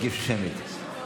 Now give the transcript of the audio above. הגישו שמית.